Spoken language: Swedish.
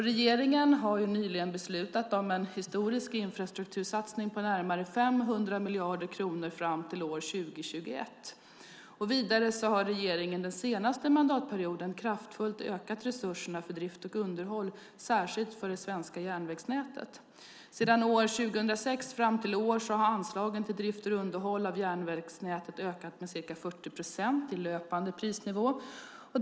Regeringen har nyligen beslutat om en historisk infrastruktursatsning på närmare 500 miljarder kronor fram till år 2021. Vidare har regeringen den senaste mandatperioden kraftfullt ökat resurserna för drift och underhåll, särskilt för det svenska järnvägsnätet. Sedan år 2006 fram till i år har anslagen till drift och underhåll av järnvägsnätet ökat med ca 40 procent i löpande prisnivå.